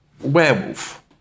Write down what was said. Werewolf